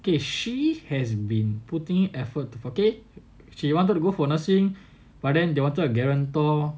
okay she has been putting in effort to okay she you wanted to go for nursing but then they wanted a guarantor